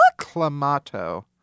Clamato